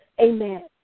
Amen